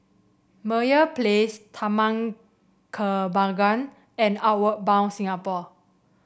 Meyer Place Taman Kembangan and Outward Bound Singapore